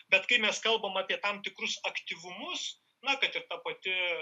bet kai mes kalbam apie tam tikrus aktyvumus na kad ir ta pati